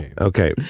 Okay